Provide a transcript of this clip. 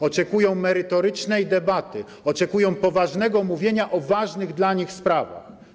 Oczekują merytorycznej debaty, oczekują poważnego mówienia o ważnych dla nich sprawach.